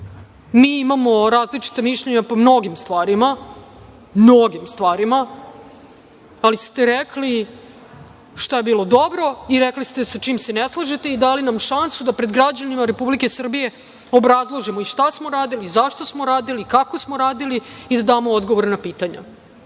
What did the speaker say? Mi imamo različita mišljenja po mnogim stvarima, mnogim stvarima, ali ste rekli šta je bilo dobro i rekli ste sa čim se ne slažete i dali nam šansu da pred građanima Republike Srbije obrazložimo šta smo radili, zašto smo radili, kako smo radili i da damo odgovor na pitanja.U